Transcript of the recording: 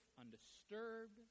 undisturbed